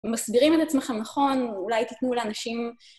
ומסבירים את עצמך נכון, ואולי תיתנו לאנשים...